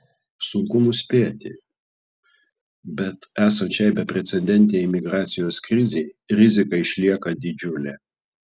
sunku nuspėti bet esant šiai beprecedentei migracijos krizei rizika išlieka didžiulė